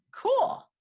Cool